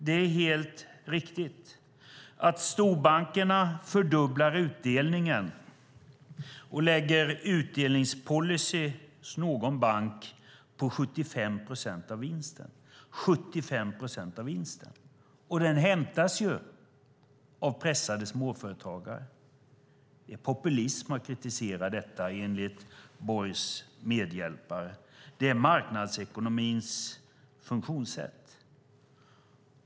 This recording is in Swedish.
Det är helt riktigt att storbankerna fördubblar utdelningen och lägger utdelningspolicy hos någon bank på 75 procent av vinsten. Den hämtas från pressade småföretagare. Det är populism att kritisera detta, enligt Borgs medhjälpare. Det är marknadsekonomins funktionssätt.